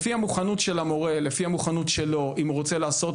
לפי המוכנות של המורה; לפי המוכנות שלו; אם הוא רוצה לעשות